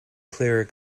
clearer